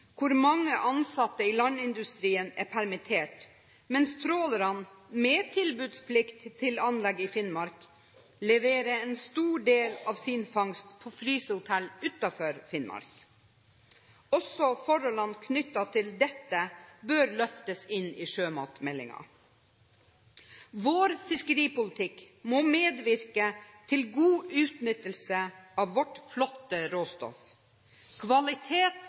hvor mange ansatte i landindustrien er permittert, mens trålerne, med tilbudsplikt til anlegg i Finnmark, leverer en stor del av sin fangst på frysehotell utenfor Finnmark. Også forholdene knyttet til dette bør løftes inn i sjømatmeldingen. Vår fiskeripolitikk må medvirke til god utnyttelse av vårt flotte råstoff. Kvalitet